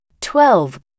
Twelve